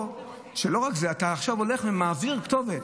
וגם לפני זה, בעבודתי המוניציפלית,